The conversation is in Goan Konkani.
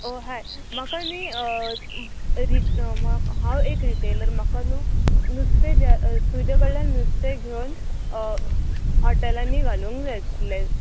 ओ हाय म्हाका न्ही रिट हांव एक रिटेलर म्हाका न्हू नुस्तें जें तुजे कडल्यान नुस्तें घेवन हॉटेलांनी घालूंक जाय आसलें